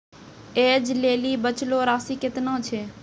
ऐज लेली बचलो राशि केतना छै?